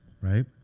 right